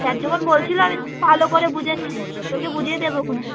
sir যখন বলছিলো আমি খুব ভালো করে বুঝেছি তোকে বুঝিয়ে দেবো ক্ষনে